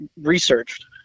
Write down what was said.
researched